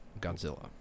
Godzilla